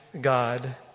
God